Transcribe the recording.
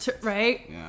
right